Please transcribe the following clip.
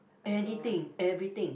anything everything